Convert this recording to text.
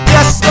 Yes